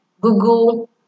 Google